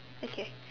okay